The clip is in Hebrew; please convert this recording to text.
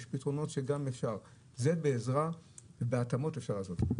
את זה בעזרה ובהתאמות אפשר לעשות.